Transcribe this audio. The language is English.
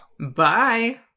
Bye